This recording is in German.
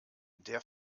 der